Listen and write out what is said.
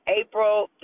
April